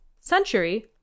Century